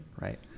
right